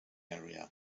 area